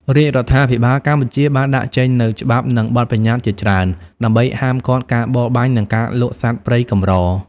រាជរដ្ឋាភិបាលកម្ពុជាបានដាក់ចេញនូវ ច្បាប់និងបទបញ្ញត្តិជាច្រើនដើម្បីហាមឃាត់ការបរបាញ់ និងការលក់សត្វព្រៃកម្រ។